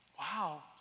Wow